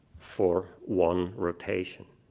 for one rotation.